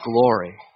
glory